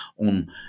on